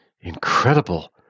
Incredible